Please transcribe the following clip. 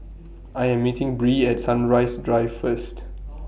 I Am meeting Bree At Sunrise Drive First